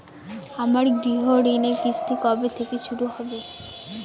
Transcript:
আমার গৃহঋণের কিস্তি কবে থেকে শুরু হবে?